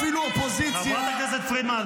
אפילו אופוזיציה -- חברת הכנסת פרידמן,